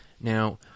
Now